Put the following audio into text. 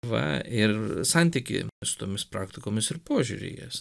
va ir santykį su tomis praktikomis ir požiūrį į jas